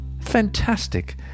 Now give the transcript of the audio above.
fantastic